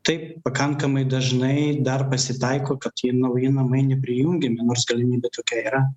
taip pakankamai dažnai dar pasitaiko kad tie nauji namai neprijungiami nors galimybė tokia yra